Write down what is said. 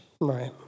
Right